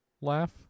laugh